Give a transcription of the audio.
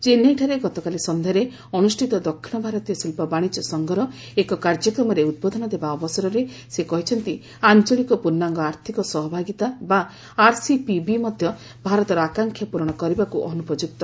ଚେନ୍ନାଇଠାରେ ଗତକାଲି ସନ୍ଧ୍ୟାରେ ଅନୁଷ୍ଠିତ ଦକ୍ଷିଣ ଭାରତୀୟ ଶିଳ୍ପ ବାଶିଜ୍ୟ ସଂଘର ଏକ କାର୍ଯ୍ୟକ୍ରମରେ ଉଦ୍ବୋଧନ ଦେବା ଅବସରରେ ସେ କହିଛନ୍ତି ଆଞ୍ଚଳିକ ପୂର୍ଣ୍ଣାଙ୍ଗ ଆର୍ଥିକ ସହଭାଗିତା ବା ଆର୍ସିପିବି ମଧ୍ୟ ଭାରତର ଆକାଂକ୍ଷା ପୂରଣ କରିବାକୁ ଅନୁପଯୁକ୍ତ